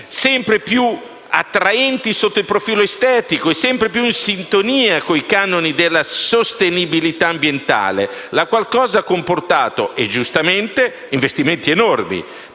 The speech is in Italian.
sempre più attraenti sotto il profilo estetico, sempre più in sintonia con i canoni della sostenibilità ambientale, la qual cosa ha comportato - e giustamente - investimenti enormi